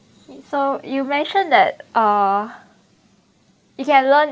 okay so you mentioned that uh you can learn